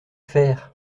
faire